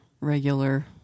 regular